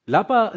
Lapa